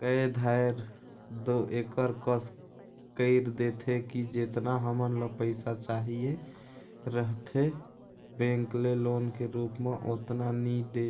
कए धाएर दो एकर कस कइर देथे कि जेतना हमन ल पइसा चाहिए रहथे बेंक ले लोन के रुप म ओतना नी दे